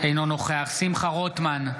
אינו נוכח שמחה רוטמן,